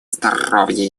здоровья